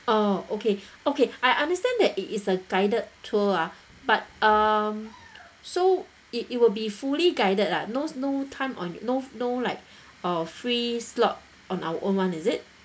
oh okay okay I understand that it is a guided tour ah but um so it it will be fully guided ah no no time on no no like uh free slot on our own [one] is it